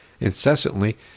incessantly